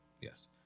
Yes